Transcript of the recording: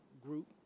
group